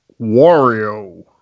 Wario